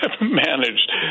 managed